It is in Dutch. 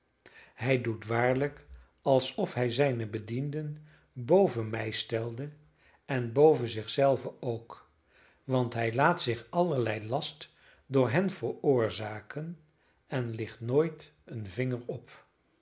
hij doet waarlijk alsof hij zijne bedienden boven mij stelde en boven zich zelven ook want hij laat zich allerlei last door hen veroorzaken en licht nooit een vinger op